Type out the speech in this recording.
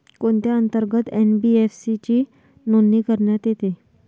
कोणत्या अंतर्गत एन.बी.एफ.सी ची नोंदणी करण्यात येते?